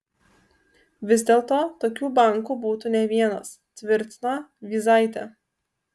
vis dėlto tokių bankų būtų ne vienas tvirtino vyzaitė